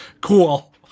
cool